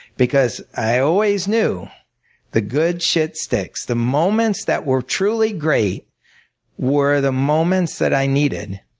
because i always knew the good shit sticks. the moments that were truly great were the moments that i needed.